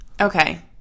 Okay